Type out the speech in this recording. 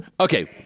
Okay